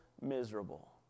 miserable